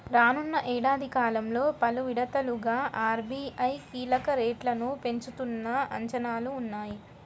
రానున్న ఏడాది కాలంలో పలు విడతలుగా ఆర్.బీ.ఐ కీలక రేట్లను పెంచుతుందన్న అంచనాలు ఉన్నాయి